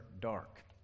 dark